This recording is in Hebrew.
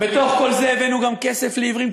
בתוך כל זה הבאנו גם כסף לעיוורים.